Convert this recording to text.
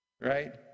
right